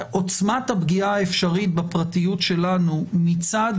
עוצמת הפגיעה האפשרית בפרטיות שלנו מצד